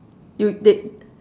you they